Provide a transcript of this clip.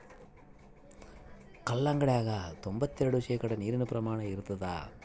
ಕಲ್ಲಂಗಡ್ಯಾಗ ತೊಂಬತ್ತೆರೆಡು ಶೇಕಡಾ ನೀರಿನ ಪ್ರಮಾಣ ಇರತಾದ